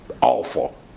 awful